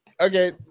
Okay